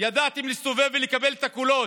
ידעתם להסתובב ולקבל את הקולות,